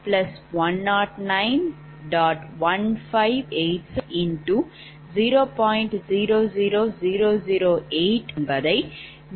483MW என்றும் பெறுவோம்